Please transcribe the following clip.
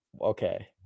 okay